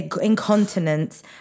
incontinence